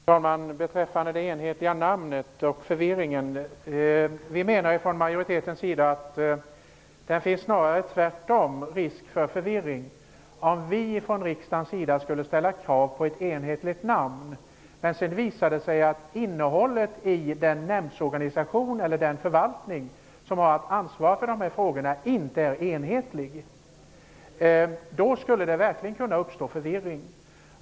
Herr talman! Beträffande det enhetliga namnet och förvirringen vill jag säga att vi från majoritetens sida menar att det snarare finns risk för förvirring om riksdagen skulle ställa krav på ett enhetligt namn. Sedan visade det sig att innehållet i den nämndorganisation eller den förvaltning som har haft ansvar för de här frågorna inte är enhetligt. Då skulle det verkligen kunna uppstå förvirring.